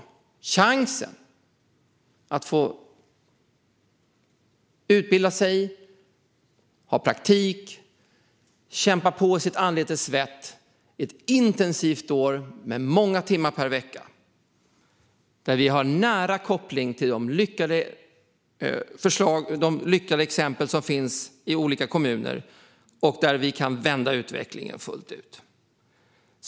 De ska få chansen att utbilda sig, ha praktik och kämpa på i sitt anletes svett under ett intensivt år med många timmar per vecka, där vi har nära koppling till de lyckade exempel som finns i olika kommuner. Så kan vi vända utvecklingen fullt ut.